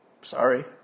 Sorry